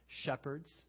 shepherds